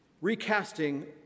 recasting